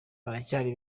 baracyari